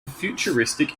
futuristic